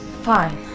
Fine